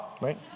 right